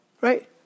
Right